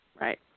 Right